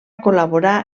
col·laborar